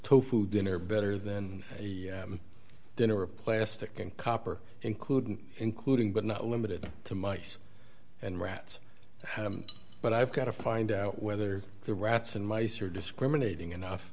tofu dinner better than a dinner of plastic and copper included including but not limited to mice and rats but i've got to find out whether the rats and mice are discriminating enough